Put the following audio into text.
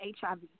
HIV